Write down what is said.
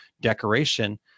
decoration